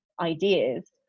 ideas